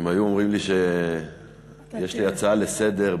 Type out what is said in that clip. אם היו אומרים לי שיש לי הצעה לסדר-היום